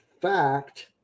fact